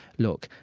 look,